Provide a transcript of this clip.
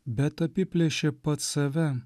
bet apiplėšė pats save